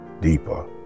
deeper